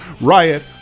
Riot